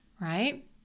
Right